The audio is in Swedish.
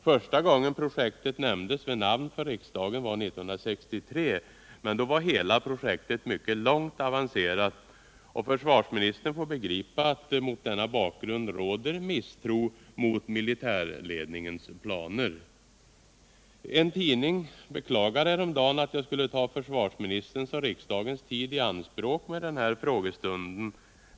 Första gången projektet nämndes vid namn för riksdagen var 1963, men då var hela projektet mycket långt avancerat. Försvarsministern måste begripa att det mot denna bakgrund råder misstro mot militärledningens planer. En tidning beklagade häromdagen att jag skulle ta försvarsministerns och riksdagens tid i anspråk med den här frågestunden.